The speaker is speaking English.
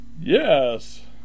Yes